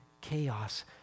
chaos